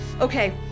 Okay